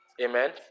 Amen